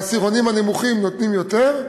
בעשירונים הנמוכים נותנים יותר.